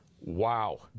Wow